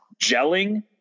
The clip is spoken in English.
gelling